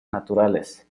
naturales